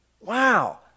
Wow